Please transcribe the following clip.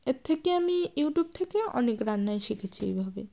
এর থেকে আমি ইউটিউব থেকেও অনেক রান্নাই শিখেছি এইভাবে